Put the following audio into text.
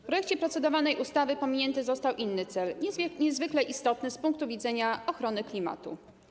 W projekcie procedowanej ustawy pominięty został inny cel, niezwykle istotny z punktu widzenia ochrony klimatu.